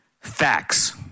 facts